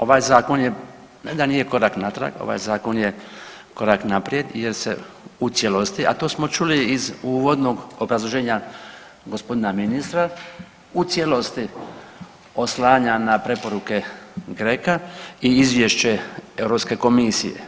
Ovaj Zakon je, ne da nije korak natrag, ovaj Zakon je korak naprijed jer se u cijelosti, a to smo čuli iz uvodnog obrazloženja g. ministra, u cijelosti oslanja na preporuke GRECO-a i Izvješće EU komisije.